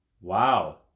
Wow